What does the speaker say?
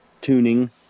tuning